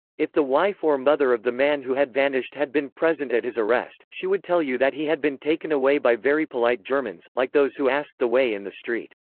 if the wife or mother of the man who had vanished had been present at his arrest, she would tell you that he had been taken away by very polite germans, like those who asked the way in the street.